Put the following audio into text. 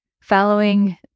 following